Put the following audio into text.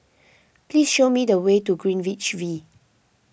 please show me the way to Greenwich V